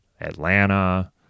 Atlanta